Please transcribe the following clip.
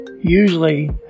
Usually